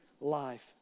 life